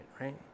right